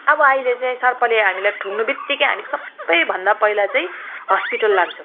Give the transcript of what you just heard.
अब अहिले चाहिँ सर्पले हामीलाई ठुङ्नु बित्तिकै हामी सबै भन्दा पहिला चाहिँ हस्पिटल लान्छौँ